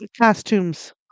costumes